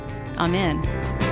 Amen